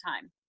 time